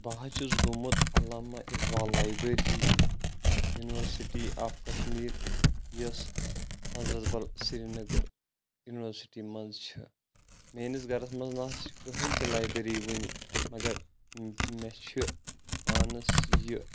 بہٕ حَظ چھُس گومُت Allama Iqbal library university of Kashmir یۄس حَضرَت بل سِریٖنگر یونورسٹی منٛز چھِ میٲنِس گَرَس منٛز نہ حَظ چھِ کٕہٕنۍ تہِ لابیری وٕنۍ مگر مے چھِ پانَس یہِ